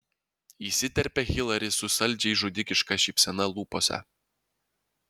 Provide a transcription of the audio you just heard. įsiterpia hilari su saldžiai žudikiška šypsena lūpose